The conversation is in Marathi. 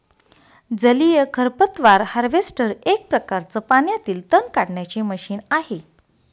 जलीय खरपतवार हार्वेस्टर एक प्रकारच पाण्यातील तण काढण्याचे मशीन आहे